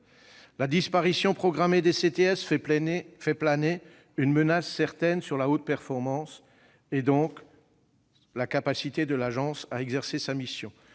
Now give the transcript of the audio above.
La disparition programmée des CTS fait planer une menace certaine sur la haute performance et, donc, sur la capacité de l'Agence à exercer sa mission,